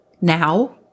now